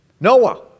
Noah